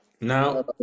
now